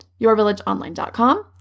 yourvillageonline.com